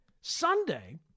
Sunday